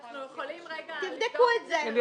אנחנו יכולים רגע לבדוק את זה?